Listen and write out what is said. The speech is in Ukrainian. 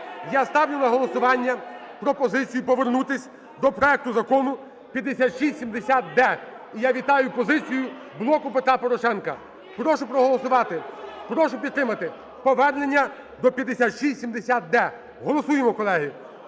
Я ставлю на голосування пропозицію повернутись до проекту Закону 5670-д. І я вітаю "Блоку Петра Порошенка". Прошу проголосувати, прошу підтримати повернення до 5670-д. Голосуємо, колеги,